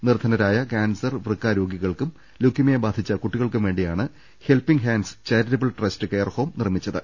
നിർധനരായ കാൻസർ വൃക്ക രോഗികൾക്കും ലുക്കീമിയ ബാധിച്ച കുട്ടികൾക്കും വേണ്ടിയാണ് helping hands charitable trust care home നിർമിച്ച ത്